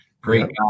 Great